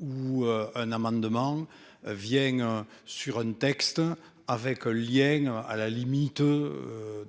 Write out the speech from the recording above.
ou un amendement. Vient sur un texte avec le lien à la limite.